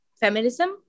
feminism